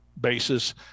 basis